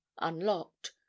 unlocked